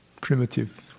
primitive